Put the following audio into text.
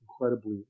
incredibly